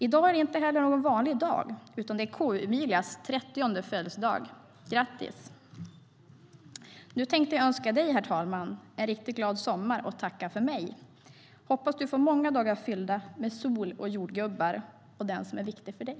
I dag är det inte heller någon vanlig dag, utan det är KU-Emilias 30:e födelsedag - grattis! Nu tänkte jag önska dig, herr talman, en riktigt glad sommar och tacka för mig. Hoppas du får många dagar fyllda med sol och jordgubbar och den som är viktig för dig.